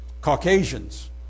Caucasians